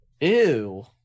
Ew